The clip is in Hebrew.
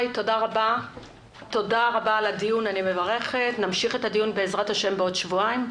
תודה רבה לכולם, נמשיך את הדיון בעוד שבועיים,